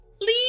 leave